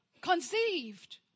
conceived